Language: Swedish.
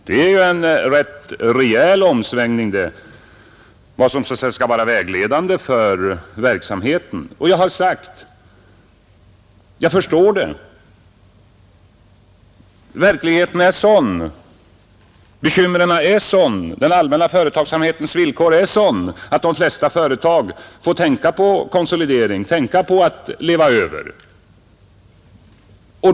Det är ju en rätt rejäl omsvängning i fråga om vad som så att säga skall vara vägledande för verksamheten. Jag har sagt att jag förstår det. Verkligheten är sådan, bekymren är sådana, den allmänna företagsamhetens villkor är sådana att de flesta företag får tänka på konsolidering, tänka på att överleva.